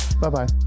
Bye-bye